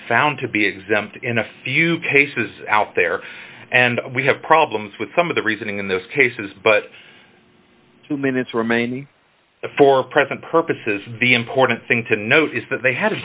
found to be exempt in a few cases out there and we have problems with some of the reasoning in those cases but two minutes remaining for present purposes the important thing to note is that they had a